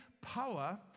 power